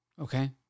Okay